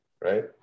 right